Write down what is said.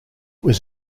was